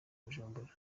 bujumbura